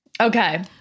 Okay